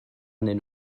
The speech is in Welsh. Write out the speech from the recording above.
arnyn